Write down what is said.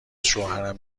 شوهرم